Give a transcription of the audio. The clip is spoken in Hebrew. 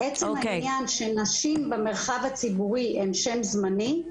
עצם העניין שנשים במרחב הציבורי הן שם זמני,